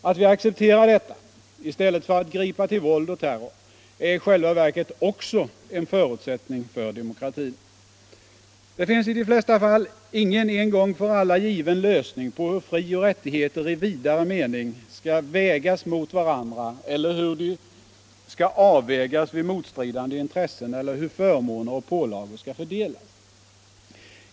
Att vi accepterar detta — i stället för att gripa till våld och terror — är i själva verket också en förutsättning för demokratin. Det finns i de flesta fall ingen en gång för alla given lösning på hur frioch rättigheter i vidare mening skall vägas mot varandra eller hur de skall avvägas vid motstridande intressen eller hur förmåner och pålagor skall fördelas.